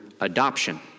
adoption